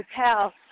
hotel